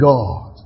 God